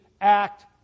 act